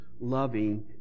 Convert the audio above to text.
loving